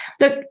Look